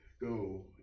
go